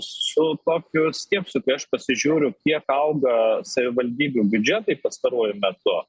su tokiu stiepsiu tai aš pasižiūriu kiek auga savivaldybių biudžetai pastaruoju metu